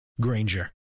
Granger